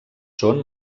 són